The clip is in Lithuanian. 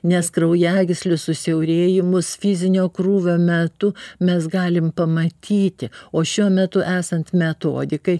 nes kraujagyslių susiaurėjimus fizinio krūvio metu mes galim pamatyti o šiuo metu esant metodikai